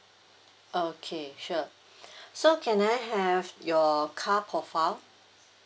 okay sure so can I have your car profile